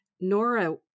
Nora